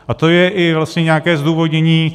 A to je i vlastně nějaké zdůvodnění.